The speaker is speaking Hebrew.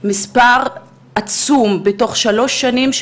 מספר עצום בתוך שלוש שנים,